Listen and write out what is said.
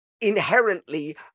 inherently